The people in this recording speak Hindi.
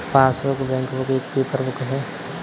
पासबुक, बैंकबुक एक पेपर बुक है